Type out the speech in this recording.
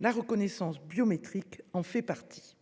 La reconnaissance biométrique en fait partie.